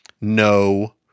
No